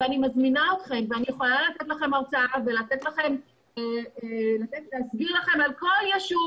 אני מזמינה אתכם ואני יכולה לעשות לכם הרצאה ולהסביר לכם על כל יישוב